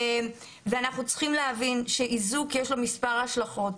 אנחנו צריכים להבין שאיזוק, יש לו מספר השלכות.